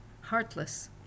heartless